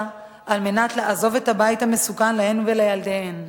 כדי לעזוב את הבית המסוכן להן ולילדיהן.